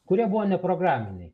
kurie buvo ne programiniai